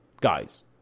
guys